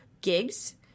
gigs